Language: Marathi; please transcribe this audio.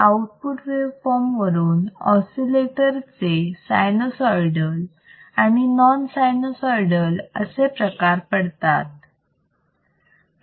आउटपुट वेव फॉर्म वरून ऑसिलेटर चे सायन्यूसॉइडल आणि नॉन सायन्यूसॉइडल असे प्रकार पडतात